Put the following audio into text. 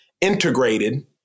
integrated